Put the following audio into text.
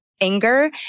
anger